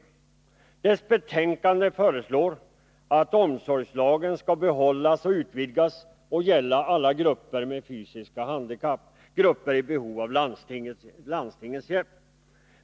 I dess betänkande föreslås att omsorgslagen skall behållas och utvidgas till att gälla alla grupper med fysiska handikapp — grupper i behov av landstingets hjälp.